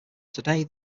today